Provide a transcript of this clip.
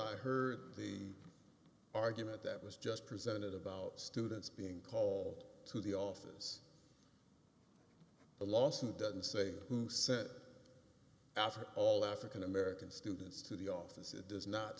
i heard the argument that was just presented about students being call to the office a lawsuit doesn't say who said after all african american students to the office it does not